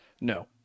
No